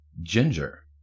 Ginger